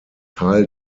teil